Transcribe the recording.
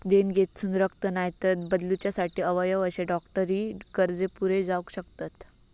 देणगेतसून रक्त, नायतर बदलूच्यासाठी अवयव अशे डॉक्टरी गरजे पुरे जावक शकतत